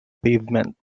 pavement